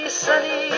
sunny